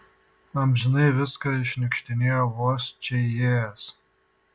amžinai viską iššniukštinėja vos čia įėjęs